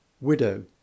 Widow